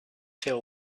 till